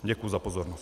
Děkuji za pozornost.